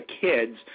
kids